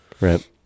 right